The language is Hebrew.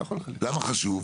למה זה חשוב?